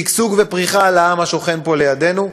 שגשוג ופריחה לעם השוכן פה לידנו,